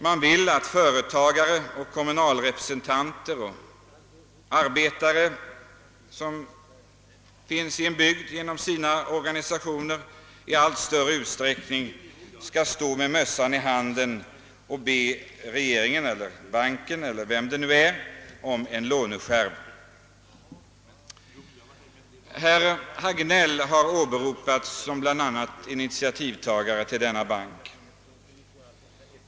Man vill att företagare, kommunala representanter och arbetare som företräder sina organisationer skall stå med mössan i handen och be regeringen, banken, eller vem det nu är, om en låneskärv. Herr Hagnell har åberopats som initiativtagare till denna bank.